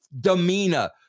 demeanor